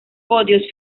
podios